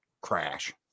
crash